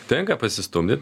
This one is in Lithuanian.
tenka pasistumdyt